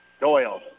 Doyle